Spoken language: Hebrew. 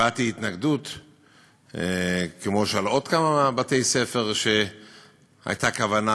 כמו שעוד כמה בתי-ספר, הייתה כוונה